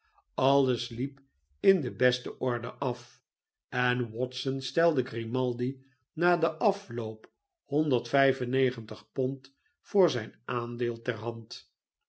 alles hep in de beste orde af en watson stelde grimaldi na den afloop pond voor zijn aandeel ter hand